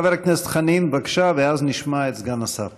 חבר הכנסת חנין, בבקשה, ואז נשמע את סגן השר.